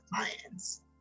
clients